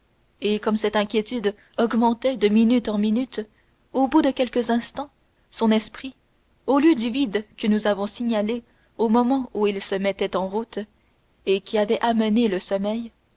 et comme cette inquiétude augmentait de minute en minute au bout de quelques instants son esprit au lieu du vide que nous avons signalé au moment où il se mettait en route et qui avait amené le sommeil